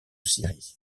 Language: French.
syrie